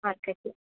ആ കേട്ടു